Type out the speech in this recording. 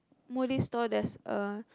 smoothie store there's a